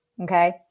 Okay